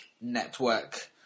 network